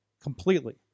Completely